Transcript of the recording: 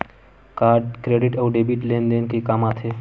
का क्रेडिट अउ डेबिट लेन देन के काम आथे?